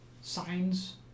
signs